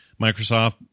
Microsoft